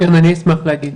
כן אני אשמח להגיד.